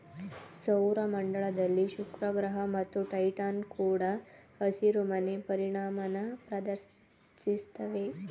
ಸೌರ ಮಂಡಲದಲ್ಲಿ ಶುಕ್ರಗ್ರಹ ಮತ್ತು ಟೈಟಾನ್ ಕೂಡ ಹಸಿರುಮನೆ ಪರಿಣಾಮನ ಪ್ರದರ್ಶಿಸ್ತವೆ